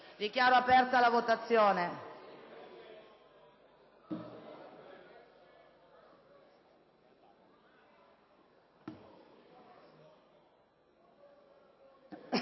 Dichiaro aperta la votazione.